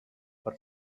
for